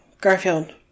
Garfield